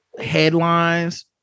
headlines